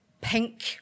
pink